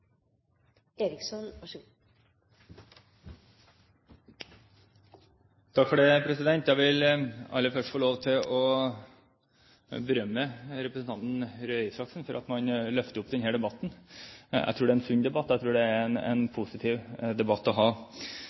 Jeg vil aller først få lov til å berømme representanten Røe Isaksen for at han løfter opp denne debatten. Jeg tror det er en sunn debatt, og jeg tror det er en positiv debatt å ha.